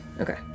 okay